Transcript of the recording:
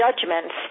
judgments